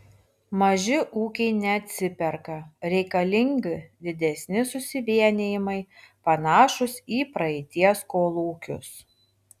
maži ūkiai neatsiperka reikalingi didesni susivienijimai panašūs į praeities kolūkius